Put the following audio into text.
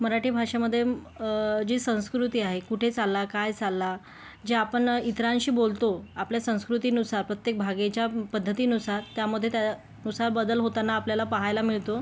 मराठी भाषेमध्ये जी संस्कृती आहे कुठे चालला काय चालला जे आपण इतरांशी बोलतो आपल्या संस्कृतीनुसार प्रत्येक भागाच्या प पद्धतीनुसार त्यामध्ये त्यानुसार बदल होताना आपल्याला पहायला मिळतो